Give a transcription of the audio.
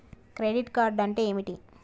Credit card అంటే ఏమిటి?